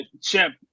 Chip